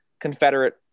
Confederate